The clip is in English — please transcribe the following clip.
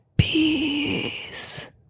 Peace